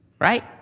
right